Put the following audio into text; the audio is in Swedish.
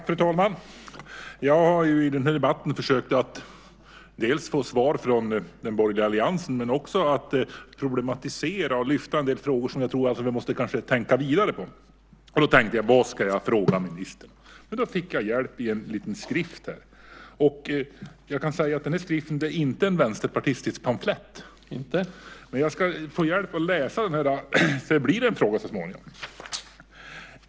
Fru talman! Jag har i den här debatten försökt att få svar från den borgerliga alliansen och jag har också försökt problematisera och lyfta en del frågor som jag tror att vi måste tänka vidare på. Vad ska jag fråga ministern, tänkte jag. Jag fick hjälp av en liten skrift. Jag kan säga att det inte är någon vänsterpartistisk pamflett. Jag ska läsa ur den. Det blir en fråga så småningom.